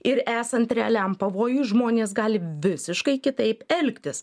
ir esant realiam pavojui žmonės gali visiškai kitaip elgtis